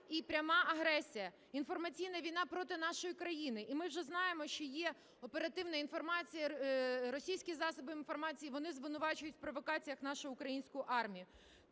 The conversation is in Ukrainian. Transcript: і пряма агресія, інформаційна війна проти нашої країни. І ми вже знаємо, що, є оперативна інформація, російські засоби інформації, вони звинувачують в провокаціях нашу українську армію